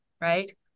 right